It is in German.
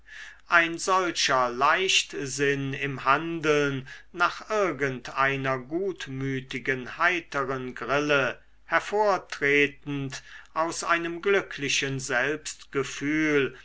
ein solcher leichtsinn im handeln nach irgend einer gutmütigen heitern grille hervortretend aus einem glücklichen selbstgefühl